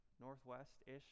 Northwest-ish